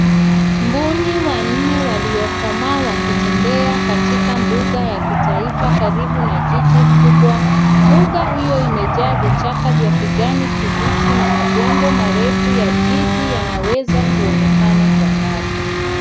Mbuni wanne waliokomaa wakitembea, katika mbuga ya kitaifa karibu na jiji kubwa. Mbuga hiyo imejaa vichaka vya kijani kibichi na majengo marefu ya jiji, yanaweza kuonekana kwa mbali.